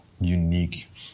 unique